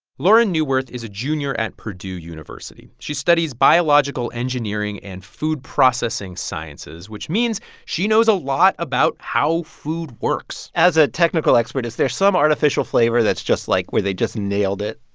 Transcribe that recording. lauren neuwirth is a junior at purdue university. she studies biological engineering and food processing sciences which means she knows a lot about how food works as a technical expert, is there some artificial flavor that's just, like where they just nailed it?